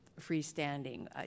freestanding